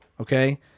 Okay